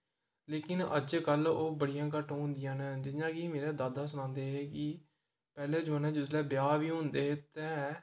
लेकिन अज्जकल ओह् बड़ियां घट्ट होंदियां न जियां कि मेरे दादा सनांदे हे कि पैह्ले जमान्ने च जिसले ब्याह बी होंदे हे ते